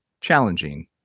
challenging